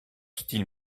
style